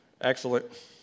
excellent